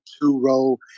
two-row